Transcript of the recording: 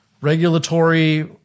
regulatory